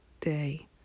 day